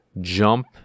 jump